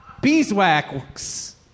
Beeswax